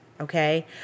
okay